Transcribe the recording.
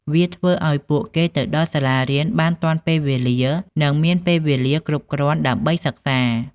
វាធ្វើឱ្យពួកគេទៅដល់សាលាបានទាន់ពេលនិងមានពេលវេលាគ្រប់គ្រាន់ដើម្បីសិក្សា។